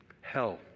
hell